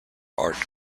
art